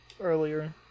earlier